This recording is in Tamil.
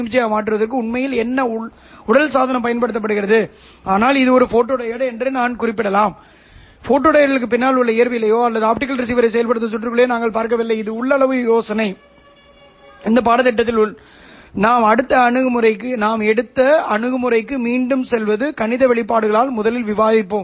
அந்த டிடெக்டர்கள் உண்மையில் ஒரு உள்ளூர் கட்ட குறிப்பைப் பயன்படுத்தவில்லை இந்த உள்ளூர் கட்ட குறிப்பு ஒரு உள்ளூர் ஆஸிலேட்டரின் வடிவத்தால் ஒத்திசைவான பெறுநர்களுக்கு வழங்கப்படுகிறது எனவே உங்களிடம் ஒரு டிரான்ஸ்மிட்டர் அல்லது சிக்னல் லேசர் டையோடு இருப்பதைப் போலவே ரிசீவரிலும் லேசர் டையோடு இருக்க வேண்டும்